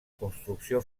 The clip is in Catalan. construcció